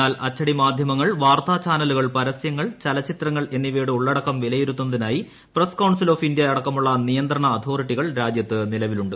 എന്നാൽ അച്ചടിമാധ്യമങ്ങൾ വാർത്താചാനലുകൾ പരസൃങ്ങൾ ചലച്ചിത്രങ്ങൾ എന്നിവയുടെ ഉള്ളടക്കം വിലയിരുത്തുന്നതിനായി പ്രസ് കൌൺസിൽ ഓഫ് ഇന്ത്യ അടക്കമുള്ള നിയന്ത്രണ അതോറിറ്റികൾ രാജ്യത്ത് നിലവിലുണ്ട്